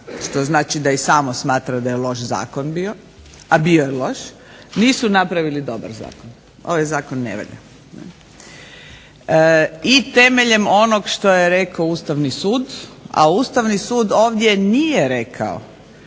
što znači da i samo smatra da je loš zakon bio, a bio je loš, nisu napravili dobar zakon. Ovaj zakon ne valja. I temeljem onog što je rekao Ustavni sud, a Ustavni sud ovdje nije rekao,